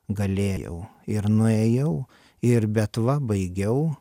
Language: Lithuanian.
galėjau ir nuėjau ir bet va baigiau